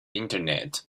internet